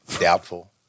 doubtful